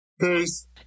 peace